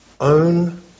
Own